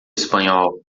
espanhol